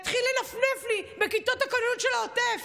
הוא מתחיל לנפנף לי בכיתות הכוננות של העוטף.